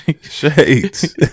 Shades